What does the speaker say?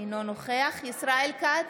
אינו נוכח ישראל כץ,